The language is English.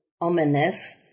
ominous